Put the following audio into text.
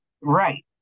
Right